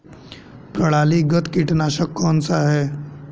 प्रणालीगत कीटनाशक कौन सा है?